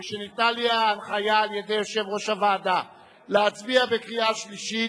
משניתנה לי ההנחיה על-ידי יושב-ראש הוועדה להצביע בקריאה שלישית,